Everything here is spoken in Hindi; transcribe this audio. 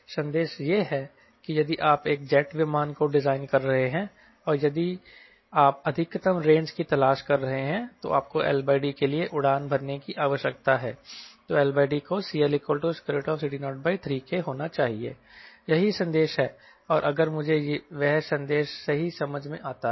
संदेश यह है कि यदि आप एक जेट विमान को डिजाइन कर रहे हैं और यदि आप अधिकतम रेंज की तलाश कर रहे हैं तो आपको LD के लिए उड़ान भरने की आवश्यकता है तो LD को CLCD03K होना चाहिए यही संदेश है और अगर मुझे वह संदेश सही समझ में आता है